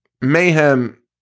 Mayhem